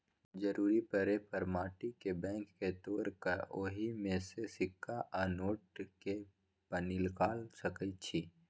जरूरी परे पर माटी के बैंक के तोड़ कऽ ओहि में से सिक्का आ नोट के पनिकाल सकै छी